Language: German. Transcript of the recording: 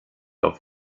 auf